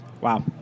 Wow